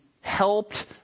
helped